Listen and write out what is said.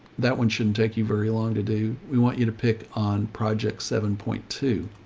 that one shouldn't take you very long to do. we want you to pick on project seven point two.